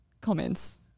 comments